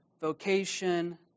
vocation